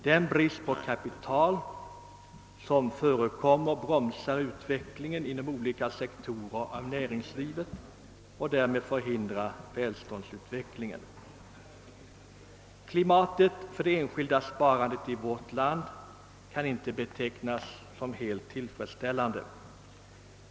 Den rådande bristen på kapital bromsar utvecklingen inom olika sektorer av näringslivet och förhindrar därmed välståndsutvecklingen. Klimatet för det enskilda sparandet i vårt land kan inte betecknas som heit tillfredsställande.